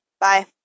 Bye